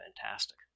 fantastic